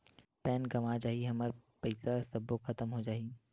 Pan गंवा जाही हमर पईसा सबो खतम हो जाही?